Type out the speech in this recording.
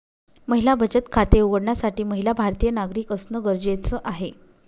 महिला बचत खाते उघडण्यासाठी महिला भारतीय नागरिक असणं गरजेच आहे